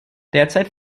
derzeit